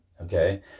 okay